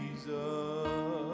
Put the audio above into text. Jesus